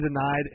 denied